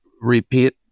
repeat